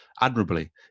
admirably